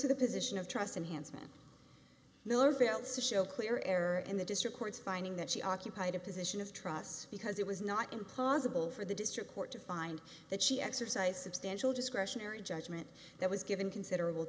to the position of trust and hands with miller fails to show clear error in the district court's finding that she occupied a position of trust because it was not implausible for the district court to find that she exercised substantial discretionary judgment that was given considerable